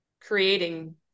creating